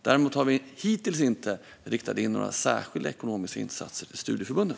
Däremot har vi inte hittills riktat några särskilda ekonomiska insatser till studieförbunden.